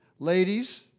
Ladies